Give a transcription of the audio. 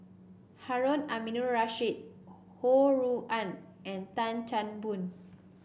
Harun Aminurrashid Ho Rui An and Tan Chan Boon